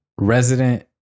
Resident